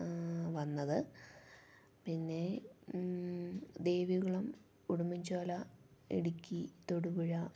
വന്നത് പിന്നെ ദേവികുളം ഉടുമ്പൻചോല ഇടുക്കി തൊടുപുഴ